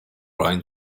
ryan